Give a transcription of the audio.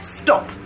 stop